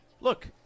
look